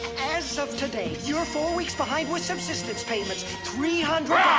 as of today, you're four weeks behind with subsistence payments three hundred.